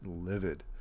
livid